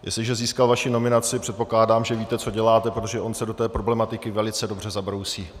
Jestliže získal vaši nominaci, předpokládám, že víte, co děláte, protože on se do té problematiky velice dobře zabrousí.